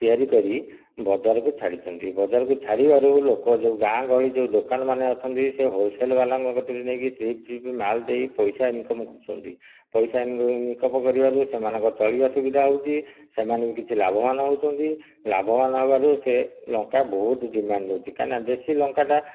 ତିଆରି କରି ବଜାରକୁ ଛାଡ଼ିଛନ୍ତି ବଜାରକୁ ଛାଡ଼ିବାରୁ ଲୋକ ଯେଉଁ ଗାଁ ଗହଳି ଯେଉଁ ଦୋକାନମାନେ ଅଛନ୍ତି ସେ ହୋଲ୍ ସେଲ୍ ଵାଲାଙ୍କ କତିରେ ନେଇକି ଟ୍ରିପ୍ ଟ୍ରିପ୍ ମାଲ ଦେଇ ପଇସା ଇନକମ୍ କରୁଛନ୍ତି ପଇସା ଇନକମ୍ କରିବାରୁ ସେମାନଙ୍କର ଚଳିବା ସୁବିଧା ହେଉଛି ସେମାନେ ବି କିଛି ଲାଭବାନ ହେଉଛନ୍ତି ଲାଭବାନ ହେବାରୁ ସେ ଲଙ୍କା ବହୁତ ଡିମାଣ୍ଡ ନେଉଛି କାରଣ ଦେଶୀ ଲଙ୍କାଟା